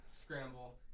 scramble